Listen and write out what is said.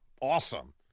awesome